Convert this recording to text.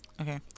okay